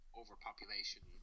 overpopulation